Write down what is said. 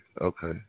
okay